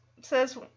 says